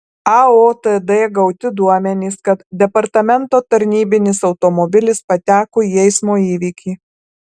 aotd gauti duomenys kad departamento tarnybinis automobilis pateko į eismo įvykį